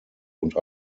und